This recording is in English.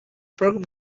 program